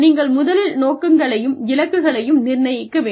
நீங்கள் முதலில் நோக்கங்களையும் இலக்குகளையும் நிர்ணயிக்க வேண்டும்